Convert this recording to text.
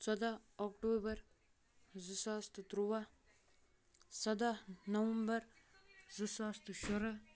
ژۄدہ اکٹوٗبَر زٕ ساس تہٕ تٕرُوا سَداہ نَوَمبَر زٕ ساس تہٕ شُراہ